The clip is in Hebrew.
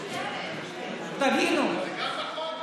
זה גם בחוק?